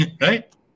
Right